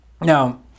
Now